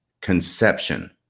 conception